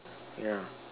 yeah